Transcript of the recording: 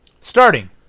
Starting